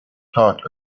taught